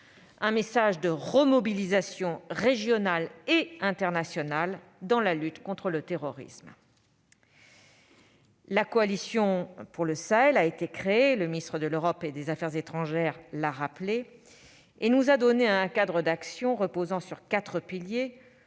un message de remobilisation régionale et internationale dans la lutte contre le terrorisme. La création de la Coalition pour le Sahel- le ministre de l'Europe et des affaires étrangères l'a rappelé -nous a offert un cadre d'action reposant sur quatre piliers